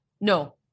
No